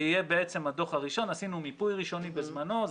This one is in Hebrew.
עשינו מיפוי ראשוני בזמנו.